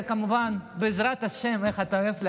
וכמובן, בעזרת השם, כמו שאתה אוהב להגיד,